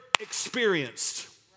experienced